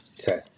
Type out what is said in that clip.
Okay